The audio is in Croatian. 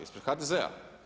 Ispred HDZ-a.